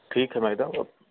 ठीक है मैडम अब